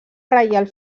reial